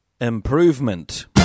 Improvement